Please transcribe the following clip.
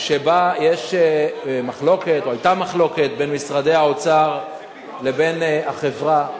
שבה יש מחלוקת או היתה מחלוקת בין משרדי האוצר לבין החברה.